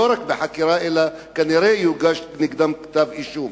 לא רק בחקירה אלא כנראה יוגש נגדם כתב-אישום.